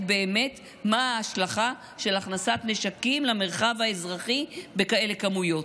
מה ההשלכה של הכנסת נשקים למרחב האזרחי בכאלה כמויות,